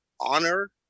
honor